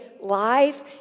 Life